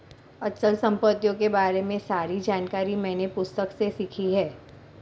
अचल संपत्तियों के बारे में सारी जानकारी मैंने पुस्तक से सीखी है